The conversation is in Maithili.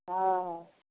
हँ हँ